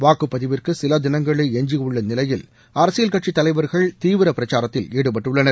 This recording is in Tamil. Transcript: வாக்குப் பதிவிற்கு சில தினங்களே எஞ்சியுள்ள நிலையில் அரசியல்கட்சி தலைவர்கள் தீவிர பிரச்சாரத்தில் ஈடுபட்டுள்ளனர்